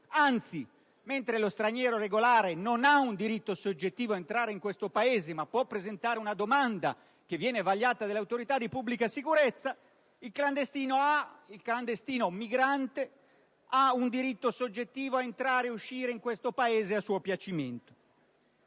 Anzi, mentre lo straniero regolare non ha un diritto soggettivo a entrare in questo Paese, ma può presentare una domanda che viene vagliata dalle autorità di pubblica sicurezza, il clandestino migrante ha un diritto soggettivo a entrare e uscire da questo Paese a suo piacimento.